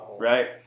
right